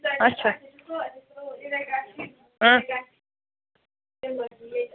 اچھا